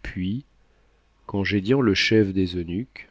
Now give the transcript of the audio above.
puis congédiant le chef des eunuques